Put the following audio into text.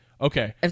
Okay